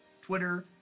Twitter